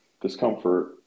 discomfort